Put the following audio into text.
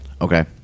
Okay